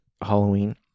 Halloween